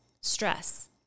stress